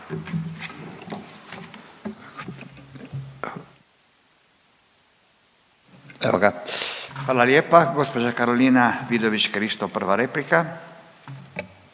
Hvala lijepa. Gospođa Karolina Vidović Krišto prva replika.